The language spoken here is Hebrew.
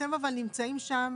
אתם אבל נמצאים שם,